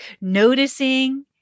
noticing